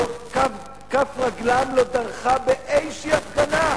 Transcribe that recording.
כף רגלם לא דרכה באיזו הפגנה,